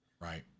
Right